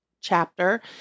Chapter